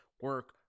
Work